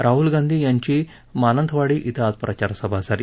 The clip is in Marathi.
राहुल गांधी यांची मानंथवाडी छिं आज प्रचारसभा झाली